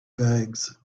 bags